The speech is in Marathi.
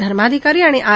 धर्माधिकारी आणि आर